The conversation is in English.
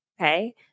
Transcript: okay